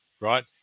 right